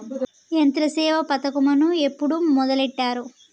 యంత్రసేవ పథకమును ఎప్పుడు మొదలెట్టారు?